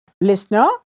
Listener